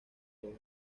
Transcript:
todos